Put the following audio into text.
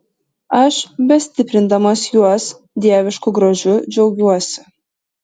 aš bestiprindamas juos dievišku grožiu džiaugiuosi